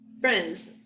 Friends